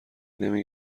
نمی